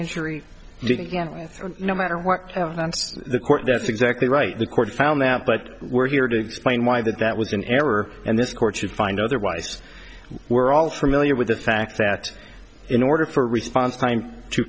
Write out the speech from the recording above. injury no matter what the court that's exactly right the court found that but we're here to explain why that that was an error and this court should find otherwise we're all familiar with the fact that in order for a response time to